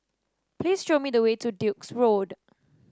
please show me the way to Duke's Road